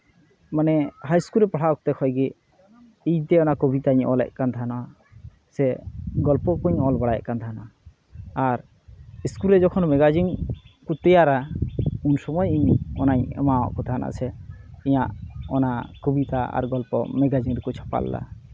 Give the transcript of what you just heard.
ᱢᱟᱱᱮ ᱦᱟᱭ ᱤᱥᱠᱩᱞ ᱨᱮ ᱯᱟᱲᱦᱟᱣ ᱚᱠᱛᱮ ᱠᱷᱚᱱᱜᱮ ᱤᱧᱛᱮ ᱚᱱᱟ ᱠᱚᱵᱤᱛᱟᱧ ᱚᱞᱮᱫ ᱠᱟᱱ ᱛᱟᱦᱮᱱᱟ ᱥᱮ ᱜᱚᱞᱯᱚ ᱠᱚᱧ ᱚᱞ ᱵᱟᱲᱟᱭᱮᱫ ᱠᱟᱱ ᱛᱟᱦᱮᱱᱟ ᱟᱨ ᱤᱥᱠᱩᱞ ᱨᱮ ᱡᱚᱠᱷᱚᱱ ᱢᱮᱜᱟᱡᱤᱱ ᱠᱚ ᱛᱮᱭᱟᱨᱟ ᱩᱱ ᱥᱚᱢᱚᱭ ᱤᱧ ᱚᱱᱟᱧ ᱮᱢᱟᱜ ᱠᱚ ᱛᱟᱦᱮᱱᱟ ᱥᱮ ᱤᱧᱟᱹᱜ ᱚᱱᱟ ᱠᱚᱵᱤᱛᱟ ᱟᱨ ᱜᱚᱞᱯᱚ ᱢᱮᱜᱟᱡᱤᱱ ᱨᱮᱠᱚ ᱪᱷᱟᱯᱟ ᱞᱮᱫᱟ